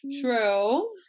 True